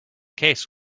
case